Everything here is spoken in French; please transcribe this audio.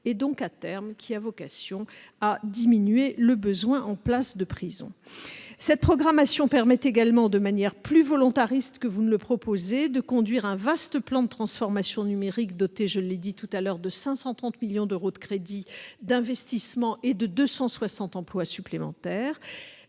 et donc, à terme, à diminuer le besoin en places de prison. Cette programmation permettra également, de manière plus volontariste que vous ne le proposez, de conduire un vaste plan de transformation numérique doté de 530 millions d'euros de crédits d'investissement et de 260 emplois supplémentaires.